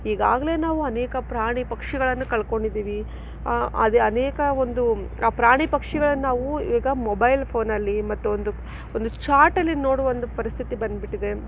ಈಗಾಗಲೇ ನಾವು ಅನೇಕ ಪ್ರಾಣಿ ಪಕ್ಷಿಗಳನ್ನು ಕಳ್ಕೊಂಡಿದ್ದೀವಿ ಅದೇ ಅನೇಕ ಒಂದು ಪ್ರಾಣಿ ಪಕ್ಷಿಗಳನ್ನು ನಾವು ಈಗ ಮೊಬೈಲ್ ಫೋನಲ್ಲಿ ಮತ್ತು ಒಂದು ಒಂದು ಚಾರ್ಟಲ್ಲಿ ನೋಡುವ ಒಂದು ಪರಿಸ್ಥಿತಿ ಬಂದ್ಬಿಟ್ಟಿದೆ